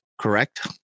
Correct